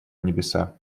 небеса